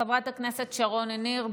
חברת הכנסת שרון ניר,